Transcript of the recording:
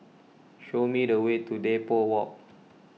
show me the way to Depot Walk